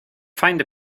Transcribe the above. find